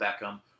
Beckham